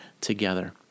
together